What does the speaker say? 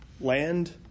Land